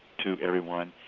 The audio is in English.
to everyone.